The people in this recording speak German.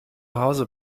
hause